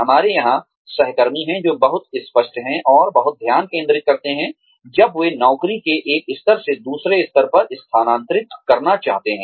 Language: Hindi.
हमारे यहां सहकर्मी हैं जो बहुत स्पष्ट हैं और बहुत ध्यान केंद्रित करते हैं जब वे नौकरी के एक स्तर से दूसरे स्तर पर स्थानांतरित करना चाहते हैं